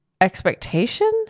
expectation